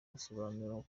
basobanuye